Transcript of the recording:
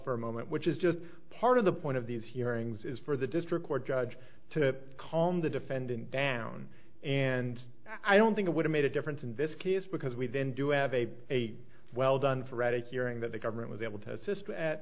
for a moment which is just part of the point of these hearings is for the district court judge to calm the defendant down and i don't think it would have made a difference in this case because we didn't do abbe a well done freddie hearing that the government was able to assist a